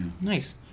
Nice